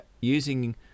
using